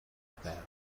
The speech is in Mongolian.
байв